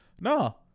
No